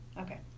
Okay